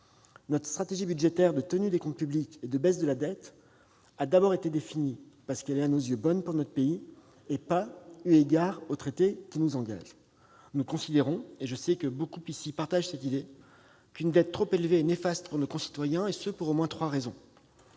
Notre stratégie budgétaire de tenue des comptes publics et de baisse de la dette a été définie d'abord parce qu'elle est, à nos yeux, bonne pour notre pays, et non pas eu égard au traité qui nous engage. Nous considérons- je sais que beaucoup ici partagent cette idée -qu'une dette trop élevée est néfaste pour nos concitoyens, et cela pour au moins trois raisons.